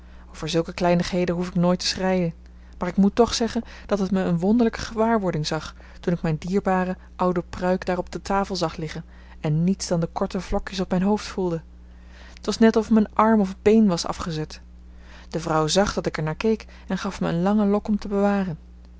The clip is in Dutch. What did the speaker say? over zulke kleinigheden hoef ik nooit te schreien maar ik moet toch zeggen dat het me een wonderlijke gewaarwording gaf toen ik mijn dierbare oude pruik daar op de tafel zag liggen en niets dan de korte vlokjes op mijn hoofd voelde t was net of me een arm of een been was afgezet de vrouw zag dat ik er naar keek en gaf me een lange lok om te bewaren